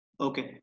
Okay